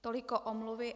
Tolik omluvy.